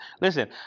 Listen